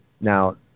now